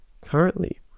currently